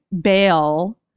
Bail